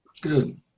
Good